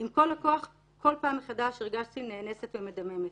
עם כל הכוח, כל פעם מחדש הרגשתי נאנסת ומדממת.